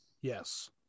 Yes